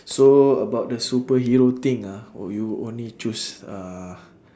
so about the superhero thing ah would you only choose uh